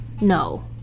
No